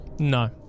No